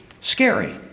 scary